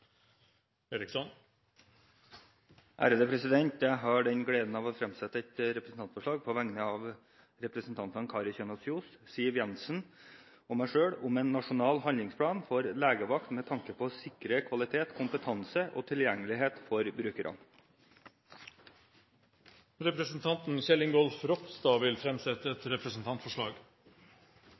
et representantforslag. Jeg har på vegne av representantene Kari Kjønaas Kjos, Siv Jensen og meg selv gleden av å fremsette et representantforslag om en nasjonal handlingsplan for legevakt for å sikre kvalitet, kompetanse og tilgjengelighet for brukerne. Representanten Kjell Ingolf Ropstad vil framsette et representantforslag.